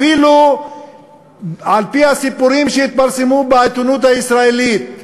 אפילו על-פי הסיפורים שהתפרסמו בעיתונות הישראלית,